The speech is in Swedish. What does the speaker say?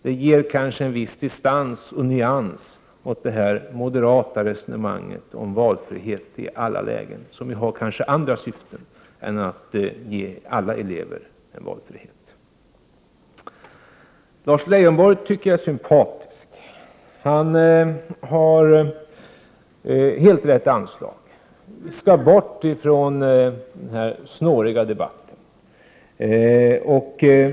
Det ger kanske viss distans och nyans åt det moderata resonemanget om valfrihet i alla lägen, som kanske har andra syften än att ge alla elever en valfrihet. Lars Leijonborg är sympatisk, tycker jag. Han har helt rätt anslag: Vi skall bort från den här snåriga debatten.